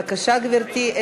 בבקשה, גברתי.